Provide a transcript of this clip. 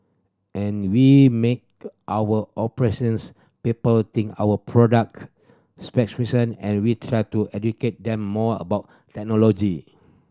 and we make our operations people think of product specifications and we try to educate them more about technology